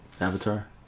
Avatar